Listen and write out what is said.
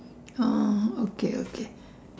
oh okay okay